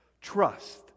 Trust